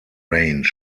range